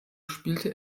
spielte